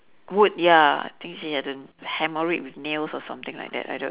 wood ya I think she had to hammer it with nails or something like that I don't